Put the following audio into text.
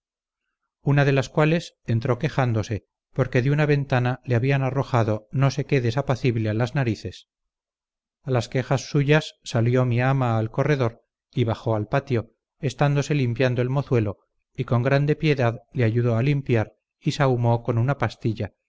una de las cuales entró quejándose porque de una ventana le habían arrojado no sé qué desapacible a las narices a las quejas suyas salió mi ama al corredor y bajó al patio estándose limpiando el mozuelo y con grande piedad le ayudó a limpiar y sahumó con una pastilla